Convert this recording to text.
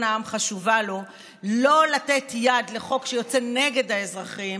העם חשובה לו לא לתת יד לחוק שיוצא נגד האזרחים,